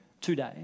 today